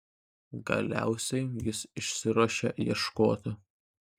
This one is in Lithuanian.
galiausiai jis išsiruošia ieškoti